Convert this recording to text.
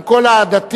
עם כל אהדתי,